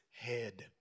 head